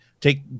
take